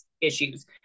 issues